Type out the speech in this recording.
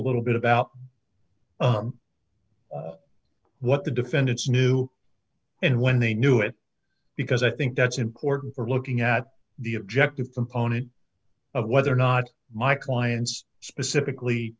a little bit about what the defendants knew and when they knew it because i think that's important for looking at the objective component of whether or not my clients specifically